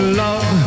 love